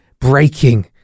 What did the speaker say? breaking